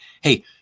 hey